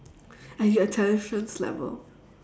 at your intelligence level